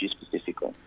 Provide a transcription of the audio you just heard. specifically